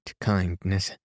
kindness